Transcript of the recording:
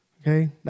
Okay